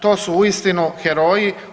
To su uistinu heroji.